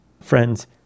friends